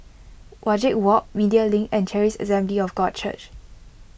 Wajek Walk Media Link and Charis Assembly of God Church